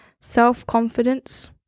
Self-confidence